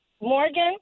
Morgan